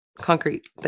concrete